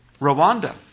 Rwanda